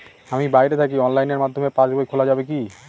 আমি বাইরে থাকি অনলাইনের মাধ্যমে পাস বই খোলা যাবে কি?